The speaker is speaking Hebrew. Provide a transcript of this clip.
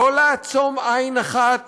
לא לעצום עין אחת